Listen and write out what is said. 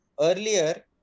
earlier